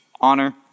Honor